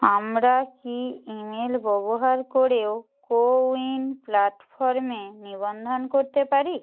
আমরা কি ইমেল ব্যবহার করেও কোউইন প্লাটফর্মে নিবন্ধন করতে পারি